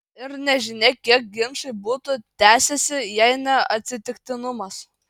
ir nežinia kiek ginčai būtų tęsęsi jei ne atsitiktinumas